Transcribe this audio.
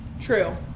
True